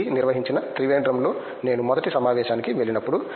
C నిర్వహించిన త్రివేండ్రం లో నేను మొదట సమావేశానికి వెళ్ళినప్పుడు